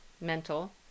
mental